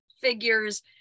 figures